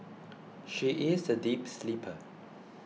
she is a deep sleeper